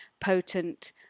potent